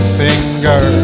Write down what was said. finger